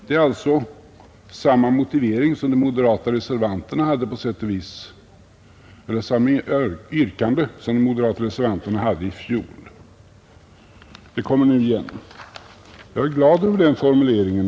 Det är alltså på sätt och vis samma yrkande som de moderata reservanterna hade i fjol, som nu kommer igen. Jag är glad över den formuleringen.